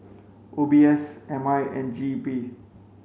O B S M I and G E P